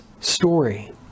story